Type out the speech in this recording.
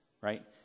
right